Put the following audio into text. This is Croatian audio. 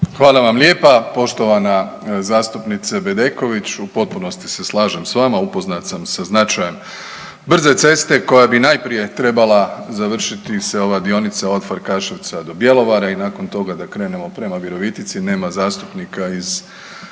Hvala vam lijepa poštovana zastupnice Bedeković. U potpunosti se slažem s vama, upoznat sam sa značajem brze ceste koja bi najprije trebala završiti se ova dionica od Farkaševca do Bjelovara i nakon toga da krenemo prema Virovitici. Nema zastupnika iz 4.